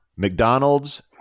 McDonald's